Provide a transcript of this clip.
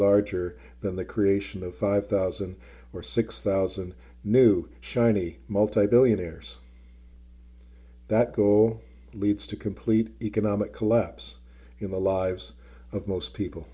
larger than the creation of five thousand or six thousand new shiny multi billionaires that goal leads to complete economic collapse in the lives of most people